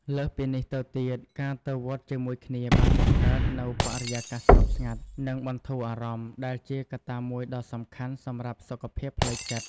លើសពីនេះទៅទៀត ការទៅវត្តជាមួយគ្នាបានបង្កើតនូវបរិយាកាសស្ងប់ស្ងាត់ និងបន្ធូរអារម្មណ៍ ដែលជាកត្តាមួយដ៏សំខាន់សម្រាប់សុខភាពផ្លូវចិត្ត។